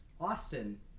Austin